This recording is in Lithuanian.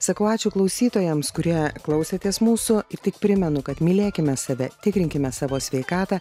sakau ačiū klausytojams kurie klausėtės mūsų ir tik primenu kad mylėkime save tikrinkime savo sveikatą